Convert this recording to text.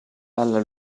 alla